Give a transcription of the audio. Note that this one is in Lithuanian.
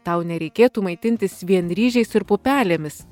tau nereikėtų maitintis vien ryžiais ir pupelėmis